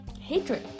hatred